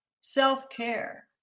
self-care